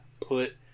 put